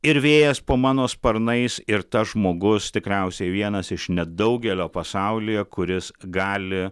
ir vėjas po mano sparnais ir tas žmogus tikriausiai vienas iš nedaugelio pasaulyje kuris gali